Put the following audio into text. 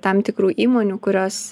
tam tikrų įmonių kurios